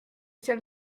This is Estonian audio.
sel